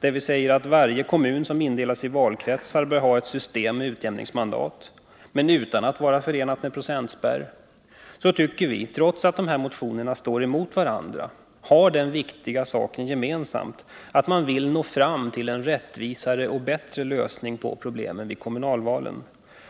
där det bl.a. sägs att ”varje kommun som indelas i valkretsar bör ha ett system med utjämningsmandat, men utan att vara förenat med procentspärr”, tycker vi att dessa båda motioner — trots att de står emot varandra — har den viktiga gemensamma beröringspunkten att de syftar till en bättre och rättvisare lösning av problemen i samband med kommunalvalen.